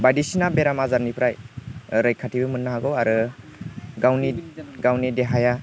बायदिसिना बेराम आजारनिफ्राय रैखाथिबो मोननो हागौ आरो गावनि देहाया